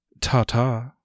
Ta-Ta